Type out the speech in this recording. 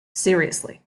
seriously